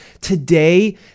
Today